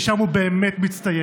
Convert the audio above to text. כי שם הוא באמת מצטיין.